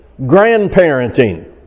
grandparenting